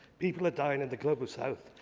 people are dying in global south,